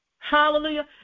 Hallelujah